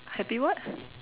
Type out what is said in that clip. happy what